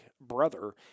brother